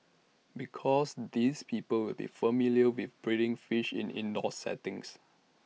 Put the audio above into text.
because these people will be familiar with breeding fish in the indoor setting